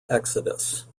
exodus